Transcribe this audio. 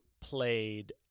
played